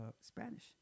Spanish